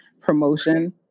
promotion